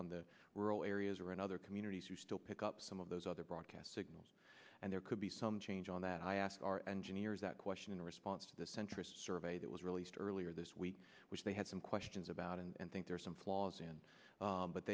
on the rural areas or in other communities who still pick up some of those other broadcast signals and there could be some change on that i ask our engineers that question in response the centrist survey that was released earlier this week which they had some questions about and think there are some flaws and